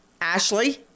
Ashley